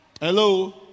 Hello